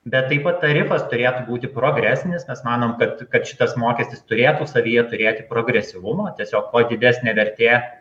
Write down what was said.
bet taip pat tarifas turėtų būti progresinis nes manom kad kad šitas mokestis turėtų savyje turėti progresyvumo tiesiog kuo didesnė vertė